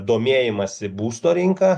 domėjimąsi būsto rinka